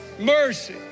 Mercy